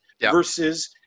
versus